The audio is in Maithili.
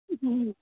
हुँ